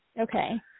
Okay